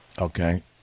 Okay